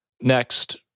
Next